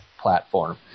platform